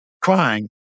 crying